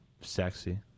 Sexy